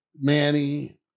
manny